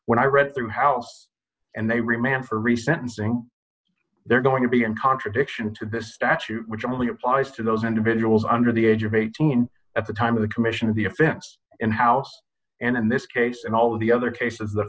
when i read through house and they remand for re sentencing they're going to be in contradiction to this statute which only applies to those individuals under the age of eighteen at the time of the commission of the offense in house and in this case and all of the other cases th